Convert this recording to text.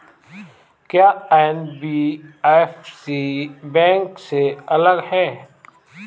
क्या NBFC bank से अलग है?